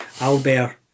Albert